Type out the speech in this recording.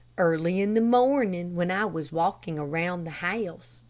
early in the morning, when i was walking around the house,